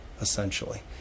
essentially